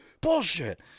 bullshit